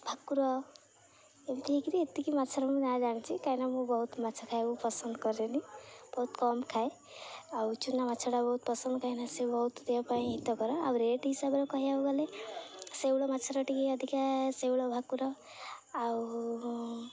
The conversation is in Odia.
ଭାକୁର ଏମିତି ହେଇକିରି ଏତିକି ମାଛର ମୁଁ ନାଁ ଜାଣିଛି କାହିଁକିନା ମୁଁ ବହୁତ ମାଛ ଖାଇବାକୁ ପସନ୍ଦ କରେନି ବହୁତ କମ୍ ଖାଏ ଆଉ ଚୂନା ମାଛଟା ବହୁତ ପସନ୍ଦ କାହିଁକିନା ସେ ବହୁତ ଦେହ ପାଇଁ ହିତକର ଆଉ ରେଟ୍ ହିସାବରେ କହିବାକୁ ଗଲେ ଶେଉଳ ମାଛର ଟିକେ ଅଧିକା ଶେଉଳ ଭାକୁର ଆଉ